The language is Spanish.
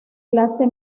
clase